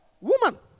woman